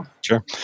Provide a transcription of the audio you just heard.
Sure